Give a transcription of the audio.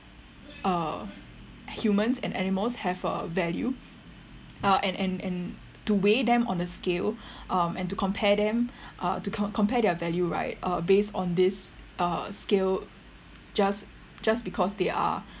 uh humans and animals have uh value uh and and and to weight them on a scale um and to compare them uh to com~ compare their value right uh based on this uh scale just just because they are